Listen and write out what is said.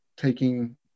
taking